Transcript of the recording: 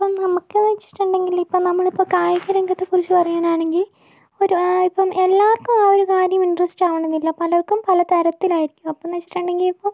ഇപ്പോൾ നമുക്കെന്ന് വച്ചിട്ടുണ്ടെങ്കിലിപ്പോൾ നമ്മളിപ്പോൾ കായിക രംഗത്തെക്കുറിച്ച് പറയുകയാണെങ്കിൽ ഒരു ഇപ്പോൾ എല്ലാവർക്കും ആ ഒരു കാര്യം ഇൻട്രസ്റ്റ് കാണണമെന്നില്ല പലർക്കും പല തരത്തിലായിരിക്കും അപ്പോഴെന്ന് വച്ചിട്ടുണ്ടെങ്കിൽ ഇപ്പോൾ